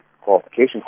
qualification